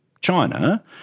China